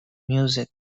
music